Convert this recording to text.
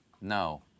No